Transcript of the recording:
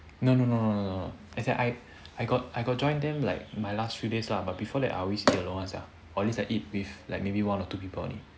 no no no no as in I I got I got join them like my last few days lah but before that I always eat alone one sia or at least I eat with like maybe one or two people only